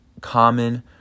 common